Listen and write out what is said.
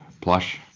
plush